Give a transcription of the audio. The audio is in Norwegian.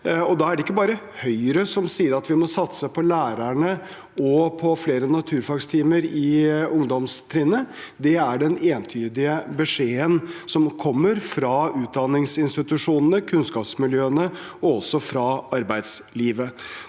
Det er ikke bare Høyre som sier at vi må satse på lærerne og på flere naturfagtimer i ungdomstrinnet; det er den entydige beskjeden fra utdanningsinstitusjonene, kunnskapsmiljøene og også fra arbeidslivet.